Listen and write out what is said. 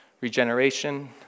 regeneration